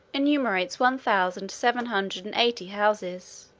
enumerates one thousand seven hundred and eighty houses,